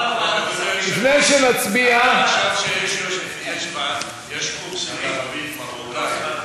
עכשיו שיש קורס לערבית מרוקאית,